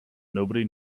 nobody